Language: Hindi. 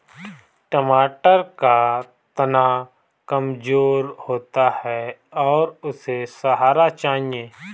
टमाटर का तना कमजोर होता है और उसे सहारा चाहिए